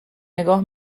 نگاه